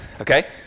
Okay